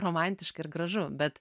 romantiška ir gražu bet